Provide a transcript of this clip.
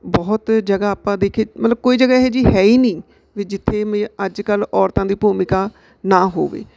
ਬਹੁਤ ਜਗ੍ਹਾ ਆਪਾਂ ਦੇਖੀਏ ਮਤਲਬ ਕੋਈ ਜਗ੍ਹਾ ਇਹ ਜੀ ਹੈ ਹੀ ਨਹੀਂ ਵੀ ਜਿੱਥੇ ਮ ਅੱਜ ਕੱਲ੍ਹ ਔਰਤਾਂ ਦੀ ਭੂਮਿਕਾ ਨਾ ਹੋਵੇ